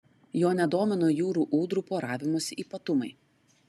jo nedomino jūrų ūdrų poravimosi ypatumai